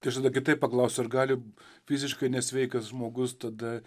tai aš tada kitaip paklausiu ar gali fiziškai nesveikas žmogus tada